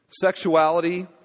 sexuality